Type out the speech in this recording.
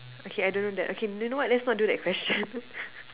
okay I don't know that okay you know what let's not do that question